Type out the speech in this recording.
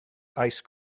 ice